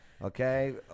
Okay